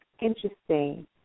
interesting